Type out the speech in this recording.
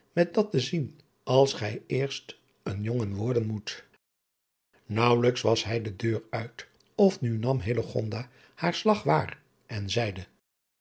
met dat te zien als gij eerst een jongen worden moet naauwelijks was hij de deur uit of nu nam hillegonda haar slag waar en zeide